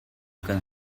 kan